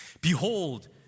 Behold